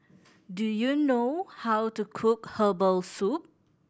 do you know how to cook herbal soup